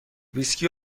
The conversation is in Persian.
ویسکی